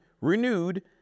renewed